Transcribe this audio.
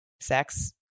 sex